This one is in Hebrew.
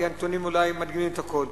כי הנתונים אולי מדגימים את הכול,